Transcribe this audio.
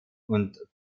und